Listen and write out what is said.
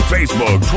Facebook